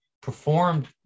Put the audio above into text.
performed